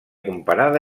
comparada